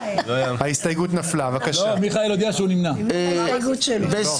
אין ההסתייגות מס' 7 של קבוצת